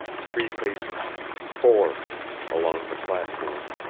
three paces four along the platform,